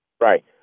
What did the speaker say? Right